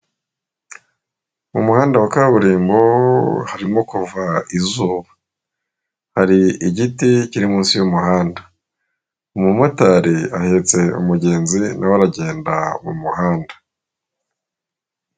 Mu muhanda wa kaburimbo harimo kuva izuba, hari igiti kiri munsi y'umuhanda. Umumotari ahetse umugenzi nawe aragenda mu muhanda.